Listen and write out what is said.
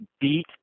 beat